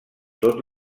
tot